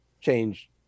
change